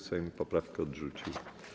Sejm poprawkę odrzucił.